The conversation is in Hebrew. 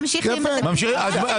ממשיכים בתקציב המשכי, יפה.